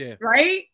Right